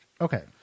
Okay